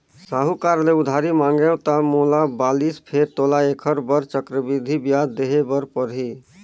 साहूकार ले उधारी मांगेंव त मोला बालिस फेर तोला ऐखर बर चक्रबृद्धि बियाज देहे बर परही